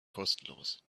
kostenlos